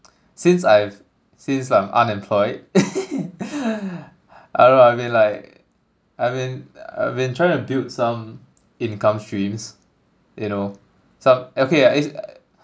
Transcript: since I've since I'm unemployed I don't know I mean like I mean I've been trying to build some income streams you know some okay ya it's